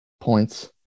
points